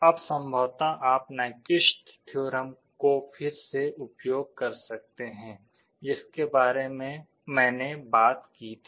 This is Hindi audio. अब संभवतः आप नाइक्विस्ट थ्योरम को फिर से उपयोग कर सकते हैं जिसके बारे में मैंने बात की थी